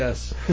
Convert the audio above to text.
Yes